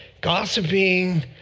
gossiping